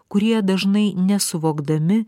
kurie dažnai nesuvokdami